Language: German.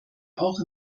auch